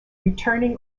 returning